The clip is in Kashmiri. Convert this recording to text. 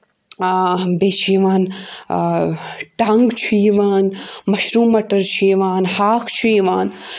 بیٚیہِ چھُ یِوان ٹنٛگ چھُ یِوان مَشروٗم مَٹَر چھُ یِوان ہاکھ چھُ یِوان